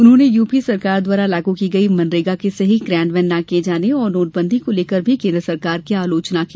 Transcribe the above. उन्होंने यूपीए सरकार द्वारा लागू की गई मनरेगा के सही कियान्वयन न किये जाने और नोटबंदी को लेकर भी केन्द्र सरकार की आलोचना की